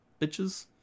bitches